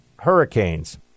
hurricanes